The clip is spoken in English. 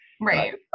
Right